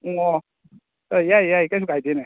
ꯎꯝ ꯑꯣ ꯌꯥꯏ ꯌꯥꯏ ꯀꯩꯁꯨ ꯀꯥꯏꯗꯦꯅꯦ